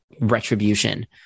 retribution